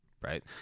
right